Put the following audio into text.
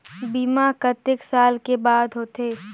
बीमा कतेक साल के होथे?